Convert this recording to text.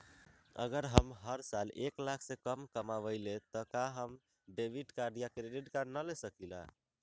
अगर हम हर साल एक लाख से कम कमावईले त का हम डेबिट कार्ड या क्रेडिट कार्ड ले सकीला?